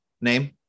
name